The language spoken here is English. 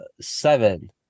seven